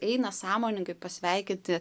eina sąmoningai pasveikinti